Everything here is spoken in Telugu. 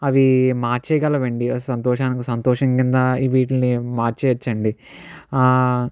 అవి మార్చేయగలవండి ఆ సంతోషాన్ని సంతోషం కింద వీట్లని మార్చేయచ్చండి